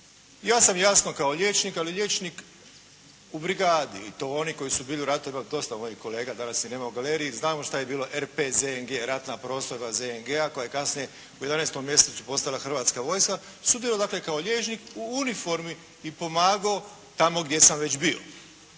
Ja sam jasno kao liječnik ali liječnik u brigadi i to oni koji su bili u ratu ima dosta mojih kolega, danas ih nema na galeriji, znamo šta je bilo RP ZNG, ratna postrojba ZNG-a koja je kasnije u 11. mjesecu postala Hrvatska vojska, sudjelovao dakle kao liječnik u uniformi i pomagao tamo gdje sam već bio.